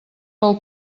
pel